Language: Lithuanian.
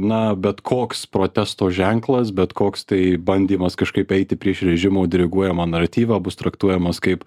na bet koks protesto ženklas bet koks tai bandymas kažkaip eiti prieš režimo diriguojamą naratyvą bus traktuojamas kaip